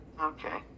Okay